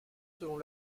selon